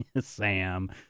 Sam